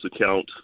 account